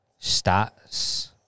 stats